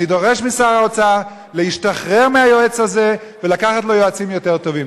אני דורש משר האוצר להשתחרר מהיועץ הזה ולקחת לו יועצים יותר טובים.